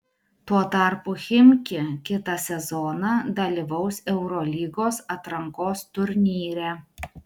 tuo tarpu chimki kitą sezoną dalyvaus eurolygos atrankos turnyre